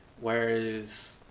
Whereas